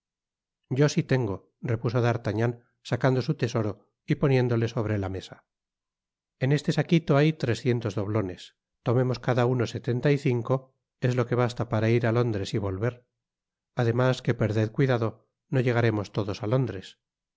yosí tengo repuso d'artagnan sacando su tesoro y poniéndole sobre la mesa en este saquito hay trescientos doblones tomemos cada uno setenta y cinco es lo que basta para ir á londres y volver además que perded cuidado no llegaremos todos á londres